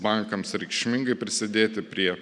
bankams reikšmingai prisidėti prie